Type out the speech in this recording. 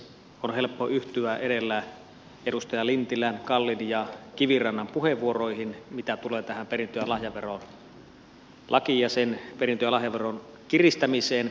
on helppo yhtyä edellä edustajien lintilä kalli ja kiviranta puheenvuoroihin mitä tulee tähän perintö ja lahjaverolakiin ja sen perintö ja lahjaveron kiristämiseen